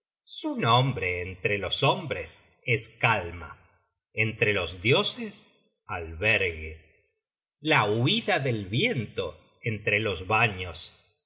su nombre entre los hombres es calma entre los dioses albergue la huida del viento entre los vanios